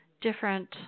different –